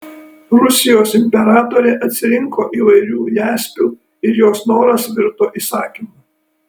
rusijos imperatorė atsirinko įvairių jaspių ir jos noras virto įsakymu